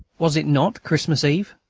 was it not christmas eve?